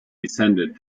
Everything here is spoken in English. descended